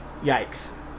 yikes